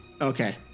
Okay